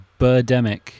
Birdemic